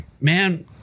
man